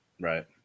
right